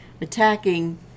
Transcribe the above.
attacking